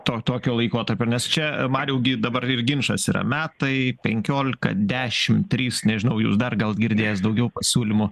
to tokio laikotarpio nes čia mariau gi dabar ir ginčas yra metai penkiolika dešim trys nežinau jūs dar gal girdėjęs daugiau pasiūlymų